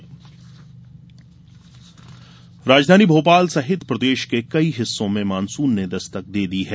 मौसम राजधानी भोपाल सहित प्रदेश के कई हिस्सो में मानसून ने दस्तक दी है